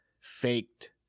faked